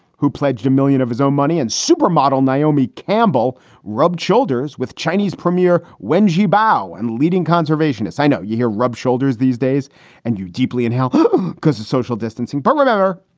who pledged a million of his own money. and supermodel naomi campbell rubbed shoulders with chinese premier wen jiabao and leading conservationists. i know you here rub shoulders these days and you deeply inhale um because of social distancing. but remember,